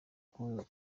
koza